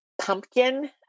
pumpkin